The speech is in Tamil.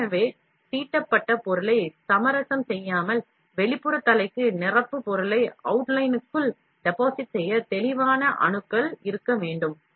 ஏற்கெனவே தீட்டப்பட்ட பொருளை சமரசம் செய்யாமல் extrusion head க்கு நிரப்பு பொருளை அவுட்லைனுக்குள் டெபாசிட் செய்ய தெளிவான அணுகல் இருக்க வேண்டும்